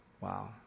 Wow